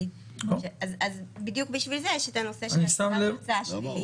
אז בדיוק בשביל זה יש את הנושא של הצגת תוצאה שלילית.